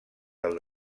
del